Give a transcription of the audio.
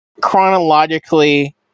chronologically